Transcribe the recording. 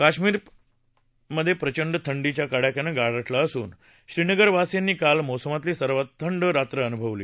काश्मिर प्रचंड थंडीच्या कडाक्यानं गारठलं असून श्रीनगरवासियांनी काल या मोसमातली सर्वात थंड रात्र अनुभवली